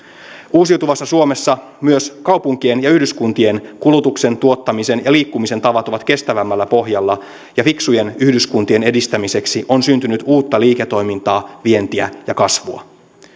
uusiutuvassa suomessa myös kaupunkien ja yhdyskuntien kulutuksen tuottamisen ja liikkumisen tavat ovat kestävämmällä pohjalla ja fiksujen yhdyskuntien edistämiseksi on syntynyt uutta liiketoimintaa vientiä ja kasvua